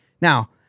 Now